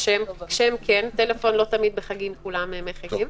שם כן, טלפון לא תמיד בחגים כולם מחייגים.